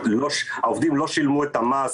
העובדים כן שילמו את המס,